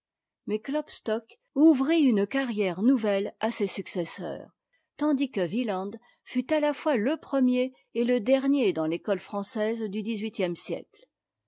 mais klopstock ouvrit une carrière nouvelle à ses successeurs tandis que wieland fut à la fois le premier et le dernier dans l'école française du dix-huitième sièc